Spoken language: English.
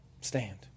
Stand